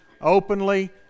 openly